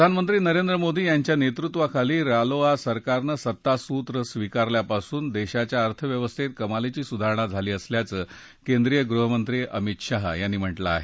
प्रधानमंत्री नरेंद्र मोदी यांच्या नेतृत्वाखाली रालोआ सरकारन सत्तासूत्र स्वीकारल्यापासून देशाच्या अर्थव्यवस्थेत कमालीची सुधारणा झाली असल्याचं केंद्रीय गृहमंत्री अमीत शहा यांनी म्हटलं आहे